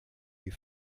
you